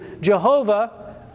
Jehovah